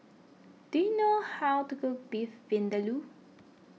do you know how to cook Beef Vindaloo